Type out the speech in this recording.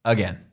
Again